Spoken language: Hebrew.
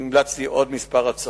המלצתי עוד כמה הצעות.